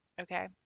Okay